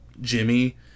Jimmy